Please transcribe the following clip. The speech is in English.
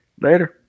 Later